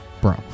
bro